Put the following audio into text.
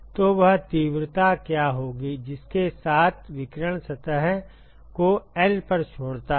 तो वह तीव्रता क्या होगी जिसके साथ विकिरण सतह को L पर छोड़ता है